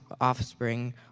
offspring